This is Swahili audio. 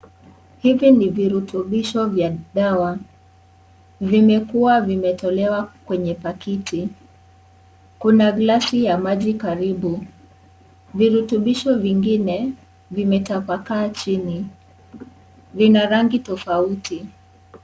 Hivi ni virutubisho vya dawa, vimekuwa vimetolewa kwenye pakiti kuna glasi ya maji karibu, virutubisho vingine vumetapakaa chini vina rangi tofauti.